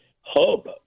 hub